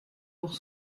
pour